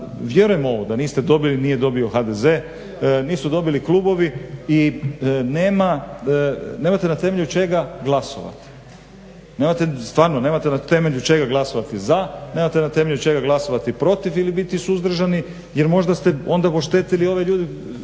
vjerujem ovo da niste dobili, nije dobio HDZ, nisu dobili klubovi i nemate na temelju čega glasovati. Stvarno, nemate na temelju čega glasovat za, nemate na temelju čega glasovati protiv ili biti suzdržani jel možda se onda oštetili ove dvije